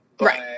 right